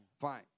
Fine